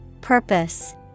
Purpose